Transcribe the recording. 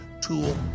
tool